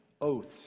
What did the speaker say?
oaths